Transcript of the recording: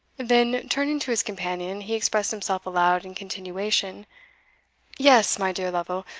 then, turning to his companion, he expressed himself aloud in continuation yes, my dear lovel,